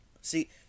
see